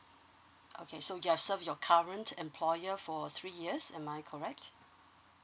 okay so you've serve your current employer for three years am I correct